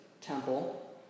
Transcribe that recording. temple